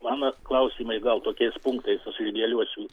mano klausimai gal tokiais punktais susidėliosiu